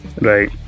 right